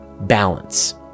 balance